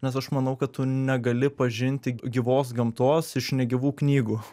nes aš manau kad tu negali pažinti gyvos gamtos iš negyvų knygų